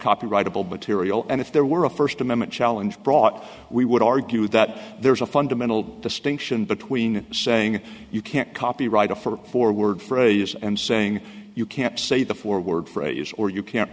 copyrightable but tiriel and if there were a first amendment challenge brought we would argue that there's a fundamental distinction between saying you can't copyright a for a forward for a use and saying you can't say the forward phrase or you can't